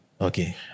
Okay